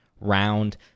round